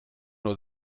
nur